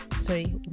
sorry